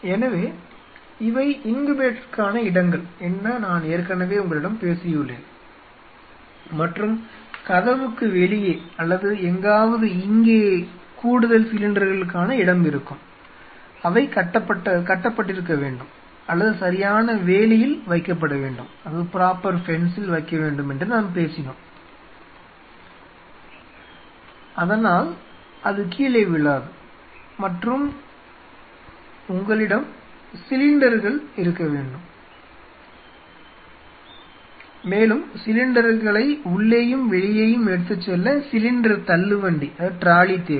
எனவே இவை இன்குபேட்டருக்கான இடங்கள் என நான் ஏற்கனவே உங்களிடம் பேசியுள்ளேன் மற்றும் கதவுக்கு வெளியே அல்லது எங்காவது இங்கே கூடுதல் சிலிண்டர்களுக்கான இடம் இருக்கும் அவை கட்டப்பட்ட வேண்டும் அல்லது சரியான வேலியில் வைக்கப்பட வேண்டும் என்று நாம் பேசினோம் அதனால் அது கீழே விழாது மற்றும் உங்களிடம் சிலிண்டர்கள் இருக்க வேண்டும் மேலும் சிலிண்டர்களை உள்ளேயும் வெளியேயும் எடுத்துச் செல்ல சிலிண்டர் தள்ளுவண்டி தேவை